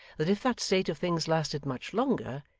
that if that state of things lasted much longer,